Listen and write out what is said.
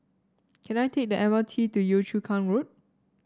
can I take the M R T to Yio Chu Kang Road